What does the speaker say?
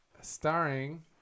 starring